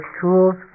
tools